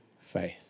faith